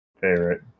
favorite